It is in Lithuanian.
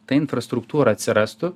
ta infrastruktūra atsirastų